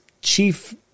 chief